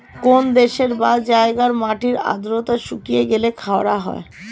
কোন দেশের বা জায়গার মাটির আর্দ্রতা শুষিয়ে গেলে খরা হয়